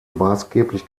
maßgeblich